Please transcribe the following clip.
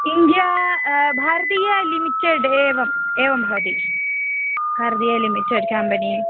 India भारतीय limited एवम् एवं भवति भारतीय लिमिटेड् कम्पनी